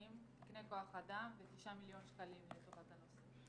כוח אדם ו-9 מיליון שקלים לטובת הנושא.